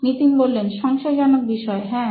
নিতিন সংশয়জনক বিষয় হ্যাঁ